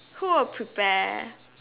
who will prepare